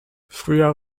früher